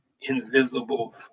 invisible